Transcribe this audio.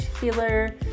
healer